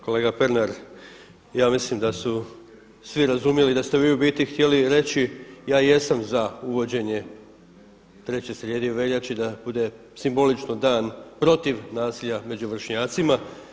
Kolega Pernar, ja mislim da su svi razumjeli da ste vi u biti htjeli reći ja jesam za uvođenje treće srijede u veljači da bude simbolično Dan protiv nasilja među vršnjacima.